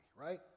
right